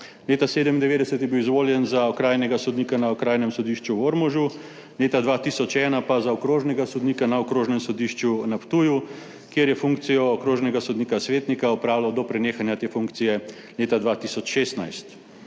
leta 1997 je bil izvoljen za okrajnega sodnika na Okrajnem sodišču v Ormožu, leta 2001 pa za okrožnega sodnika na Okrožnem sodišču na Ptuju, kjer je funkcijo okrožnega sodnika svetnika opravljal do prenehanja te funkcije leta 2016.